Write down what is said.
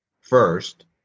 first